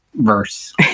verse